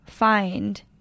Find